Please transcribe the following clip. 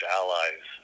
allies